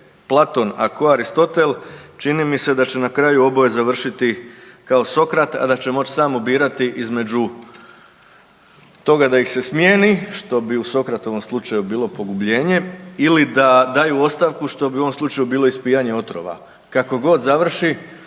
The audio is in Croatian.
Platon, a tko Aristotel čini mi se da će na kraju oboje završiti kao Sokrat, a da će moći samo birati između toga da ih se smijeni što bi u Sokratovom slučaju bilo pogubljenje ili da daju ostavku što bi u ovom slučaju bilo ispijanje otrova. Kako god završi,